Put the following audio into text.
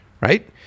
Right